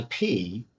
IP